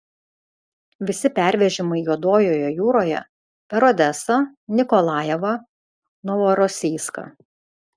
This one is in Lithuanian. visi pervežimai juodojoje jūroje per odesą nikolajevą novorosijską